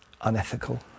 unethical